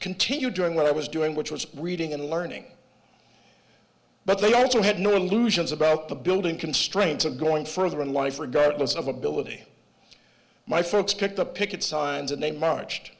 continue doing what i was doing which was reading and learning but they also had no illusions about the building constraints of going further in life regardless of ability my folks picked the picket signs and they marched